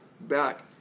back